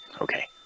Okay